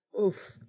Oof